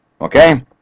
Okay